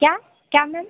क्या क्या मैम